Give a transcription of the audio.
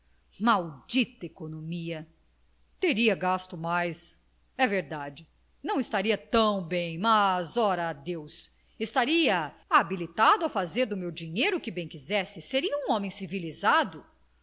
isso maldita economia teria gasto mais é verdade não estaria tão bem mas ora adeus estaria habilitado a fazer do meu dinheiro o que bem quisesse seria um homem civilizado